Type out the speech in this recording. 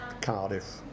Cardiff